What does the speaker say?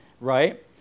right